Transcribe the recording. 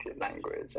language